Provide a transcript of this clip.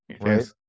right